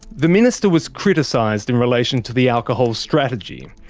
the minister was criticised in relation to the alcohol strategy.